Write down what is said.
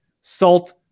salt